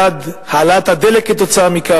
בעד העלאת מחיר הדלק עקב כך,